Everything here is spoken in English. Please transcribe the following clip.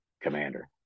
commander